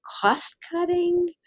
cost-cutting